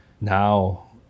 Now